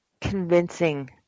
convincing